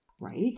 Right